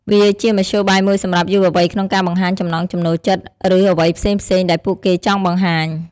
វាជាមធ្យោបាយមួយសម្រាប់យុវវ័យក្នុងការបង្ហាញចំណង់ចំណូលចិត្ត ឬអ្វីផ្សេងៗដែលពួកគេចង់បង្ហាញ។